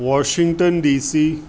Washington DC